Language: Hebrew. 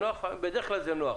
בדרך כלל זה נוח.